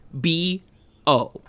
B-O